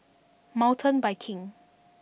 Mountain Biking